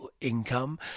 income